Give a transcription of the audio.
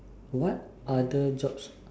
what other jobs